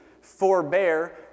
forbear